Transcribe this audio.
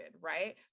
right